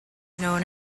known